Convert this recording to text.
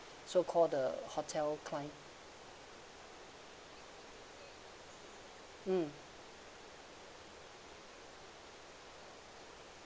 so called the hotel client mm